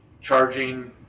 charging